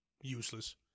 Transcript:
useless